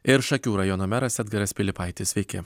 ir šakių rajono meras edgaras pilypaitis sveiki